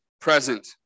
present